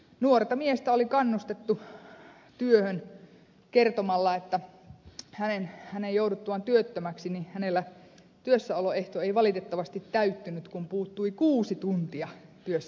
nuorta miestä oli kannustettu työhön kertomalla että hänen jouduttuaan työttömäksi hänellä työssäoloehto ei valitettavasti täyttynyt kun puuttui kuusi tuntia työssäoloaikaa